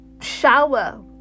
shower